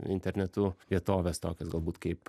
internetu vietoves tokios galbūt kaip